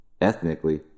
ethnically